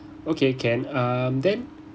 okay can um then